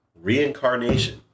reincarnation